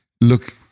look